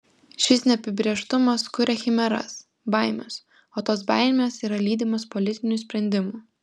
šis neapibrėžtumas kuria chimeras baimes o tos baimės yra lydimos politinių sprendimų